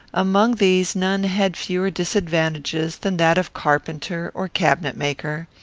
among these none had fewer disadvantages than that of carpenter or cabinet-maker.